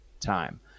time